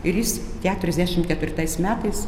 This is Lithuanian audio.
ir jis keturiasdešim ketvirtais metais